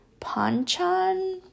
panchan